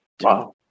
Wow